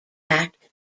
act